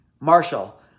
Marshall